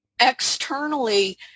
externally